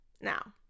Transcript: Now